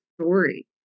story